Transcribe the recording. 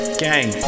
gang